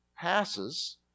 passes